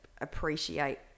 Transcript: appreciate